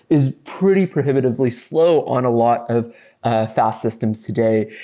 is pretty prohibitively slow on a lot of fast systems today.